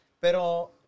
Pero